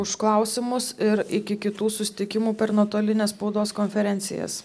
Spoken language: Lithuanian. už klausimus ir iki kitų susitikimų per nuotolines spaudos konferencijas